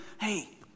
hey